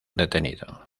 detenido